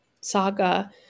saga